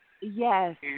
Yes